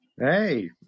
Hey